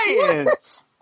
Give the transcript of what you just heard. science